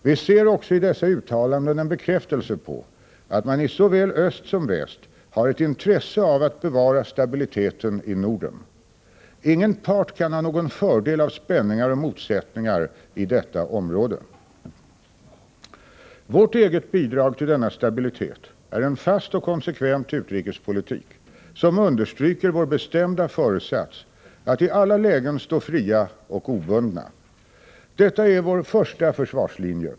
Vi ser också i dessa uttalanden en bekräftelse på att man i såväl öst som väst har ett intresse av att bevara stabiliteten i Norden. Ingen part kan ha någon fördel av spänningar och motsättningar i detta område. Vårt eget bidrag till denna stabilitet är en fast och konsekvent utrikespolitik som understryker vår bestämda föresats att i alla lägen stå fria och obundna. Detta är vår första försvarslinje.